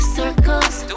circles